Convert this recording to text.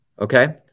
okay